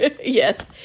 Yes